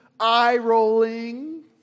eye-rolling